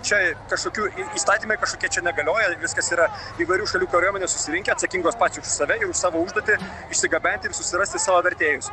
čia kažkokių įstatymai kažkokie čia negalioja viskas yra įvairių šalių kariuomenės susirinkę atsakingos pačios už save ir už savo užduotį išsigabenti ir susirasti savo vertėjus